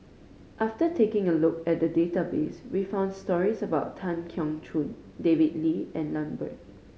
after taking a look at the database we found stories about Tan Keong Choon David Lee and Lambert